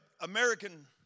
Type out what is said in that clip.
American